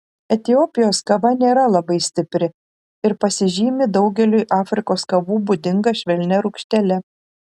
etiopijos kava nėra labai stipri ir pasižymi daugeliui afrikos kavų būdinga švelnia rūgštele